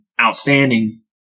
outstanding